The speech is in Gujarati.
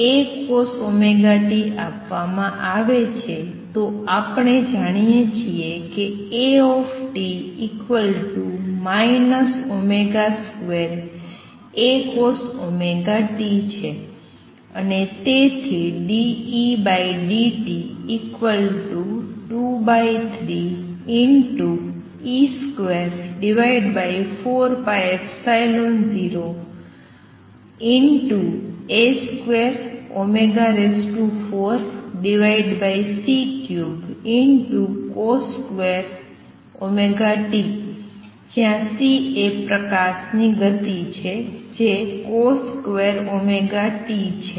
તેથી જો x આપવામાં આવે છે તો આપણે જાણીએ છીએ a છે અને તેથી જ્યાં C એ પ્રકાશ ની ગતિ છે જે છે